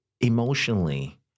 emotionally